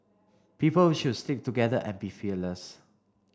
people should stick together and be fearless